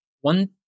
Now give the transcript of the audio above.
one